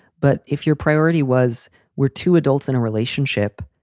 but if your priority was were to adults in a relationship,